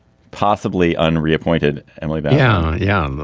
possibly unra appointed emily but yeah, yeah,